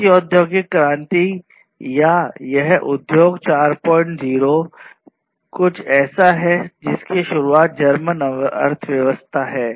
चौथी औद्योगिक क्रांति या यह उद्योग 40 कुछ है जिसकी शुरुआत जर्मन अर्थव्यवस्था है